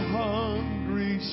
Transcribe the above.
hungry